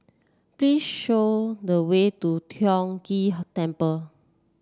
please show the way to Tiong Ghee Temple